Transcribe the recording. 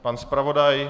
Pan zpravodaj?